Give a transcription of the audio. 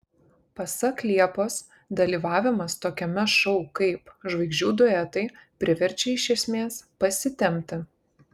pasak liepos dalyvavimas tokiame šou kaip žvaigždžių duetai priverčia iš esmės pasitempti